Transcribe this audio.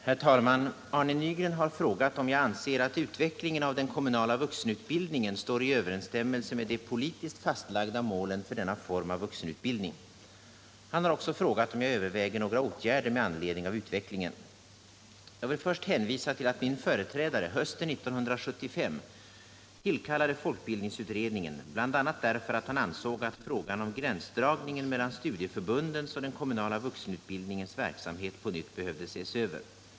Herr talman! Arne Nygren har frågat om jag anser att utvecklingen av den kommunala vuxenutbildningen står i överensstämmelse med de politiskt fastlagda målen för denna form av vuxenutbildning. Han har också frågat om jag överväger några åtgärder med anledning av utvecklingen. Jag vill först hänvisa till att min företrädare hösten 1975 tillkallade folkbildniagsutredningen bl.a. därför att han ansåg att frågan om gränsdragningen mellan studieförbundens och den kommunala vuxenutbildningens verksamhet på nytt behövde ses över.